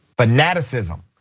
fanaticism